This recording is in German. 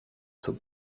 zum